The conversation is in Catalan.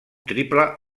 triple